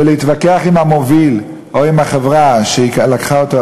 ולהתווכח עם המוביל או עם החברה שלקחה אותו,